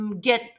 get